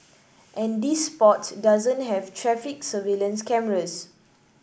and this spot doesn't have traffic surveillance cameras